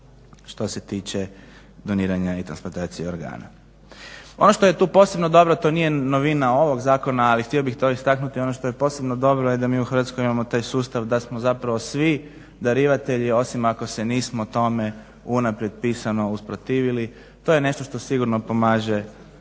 što se tiče doniranja i transplantacije organa. Ono što je tu posebno dobro, to nije novina ovog zakona ali htio bih to istaknuti, ono što je posebno dobro da mi u Hrvatskoj imamo taj sustav da smo zapravo svi darivatelji osim ako se nismo tome unaprijed pisano usprotivili. To je nešto što sigurno pomaže,